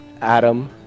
Adam